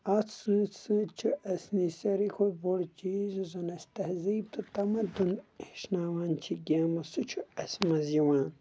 اَتھ سۭتۍ سۭتۍ چھُ اَسہِ نِش ساروی کھۄتہٕ بوڑ چیٖز یُس زن اَسہِ تہزیٖب تہٕ تَمَدُن ہٮ۪چھناوان چھِ گیمن سۭتۍ سُہ چھُ اَسہِ منٛز یِوان